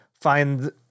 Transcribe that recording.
find